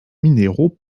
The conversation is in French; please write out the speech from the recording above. minéraux